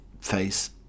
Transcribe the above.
face